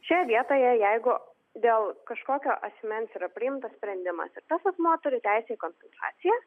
šioje vietoje jeigu dėl kažkokio asmens yra priimtas sprendimas ir tas asmuo turi teisę į konsultaciją